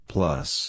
Plus